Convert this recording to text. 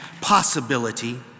possibility